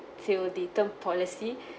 till the term policy